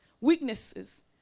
weaknesses